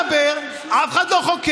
אחד לא מדבר, אף אחד לא חוקר.